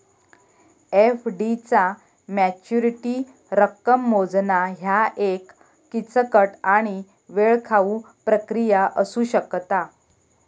FD चा maturity रक्कम मोजणा ह्या एक किचकट आणि वेळखाऊ प्रक्रिया असू शकता